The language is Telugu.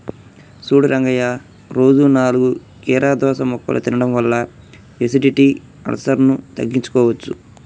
సూడు రంగయ్య రోజు నాలుగు కీరదోస ముక్కలు తినడం వల్ల ఎసిడిటి, అల్సర్ను తగ్గించుకోవచ్చు